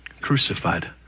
crucified